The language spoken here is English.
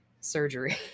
surgery